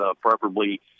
preferably